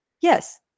yes